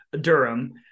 durham